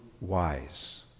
wise